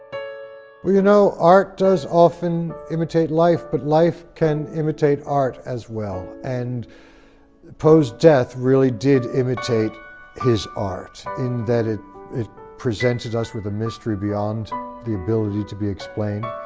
you know, art does often imitate life but life can imitate art as well and poe's death really did imitate his art in that it it presented us with a mystery beyond the ability to be explained.